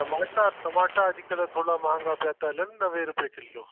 टमाटा टमाटा अॼुकल्ह थोरा महांगा पिया था हलनि नवे रुपे किलो